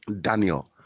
Daniel